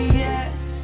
yes